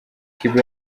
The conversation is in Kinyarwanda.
kiba